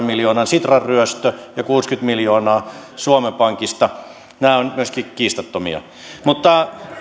miljoonan sitran ryöstö ja kuusikymmentä miljoonaa suomen pankista nämä ovat myöskin kiistattomia mutta